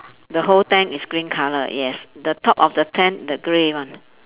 the whole tent is green colour yes the top of the tent the grey one